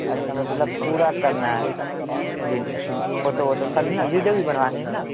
اچھا مطلب پورا کرنا ہے ویڈیو شوٹ فوٹو ووٹو سب نا ویڈیو بھی بنوانے ہیں نا